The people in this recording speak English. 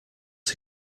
are